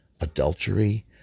adultery